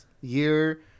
year